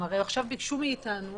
הם ביקשו מאתנו